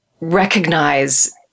recognize